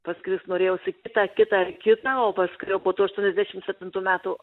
paskleist norėjosi kitą kitą ir kitą o paskui jau po tų aštuoniasdešim septintų metų